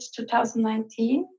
2019